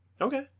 Okay